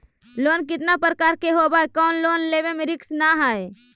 Loan कितना प्रकार के होबा है कोन लोन लेब में रिस्क न है?